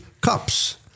cups